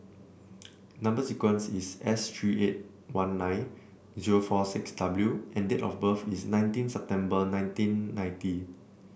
number sequence is S three eight one nine zero four six W and date of birth is nineteen September nineteen ninety